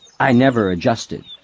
i never adjusted.